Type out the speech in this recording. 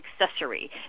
accessory